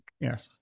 Yes